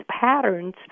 patterns